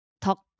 talk